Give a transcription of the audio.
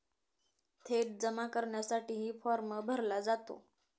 थेट जमा करण्यासाठीही फॉर्म भरला जातो